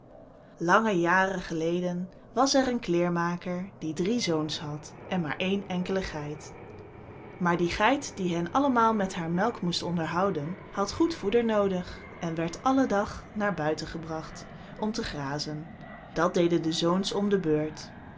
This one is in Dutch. lange jaren geleden was er een kleermaker die drie zoons had en maar één enkele geit maar die geit die hen allemaal met haar melk moest onderhouden had goed voeder noodig en werd alle dag naar buiten gebracht om te grazen dat deden de zoons om de beurt